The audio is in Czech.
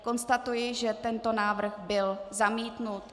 Konstatuji, že tento návrh byl zamítnut.